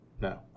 No